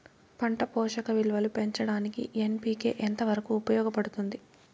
పంట పోషక విలువలు పెంచడానికి ఎన్.పి.కె ఎంత వరకు ఉపయోగపడుతుంది